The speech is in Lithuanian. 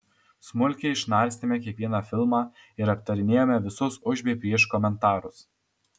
smulkiai išnarstėme kiekvieną filmą ir aptarinėjome visus už bei prieš komentarus